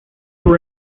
were